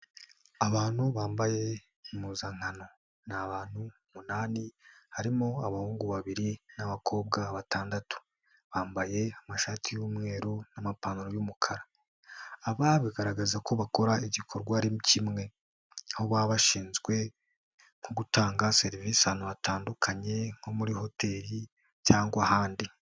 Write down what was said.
Abantu bambaye impuzankano. Ni abantu umunani, harimo abahungu babiri n'abakobwa batandatu, bambaye amashati y'umweru n'amapantaro y'umukara. Aba bigaragaza ko bakora igikorwa ari kimwe, aho baba bashinzwe nko gutanga serivisi ahantu hatandukanye nko muri hoteli cyangwa ahandi.